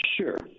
Sure